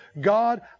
God